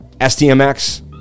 stmx